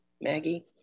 Maggie